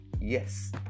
Yes